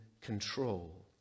control